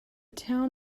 town